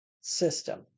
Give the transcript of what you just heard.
System